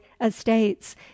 estates